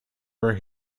were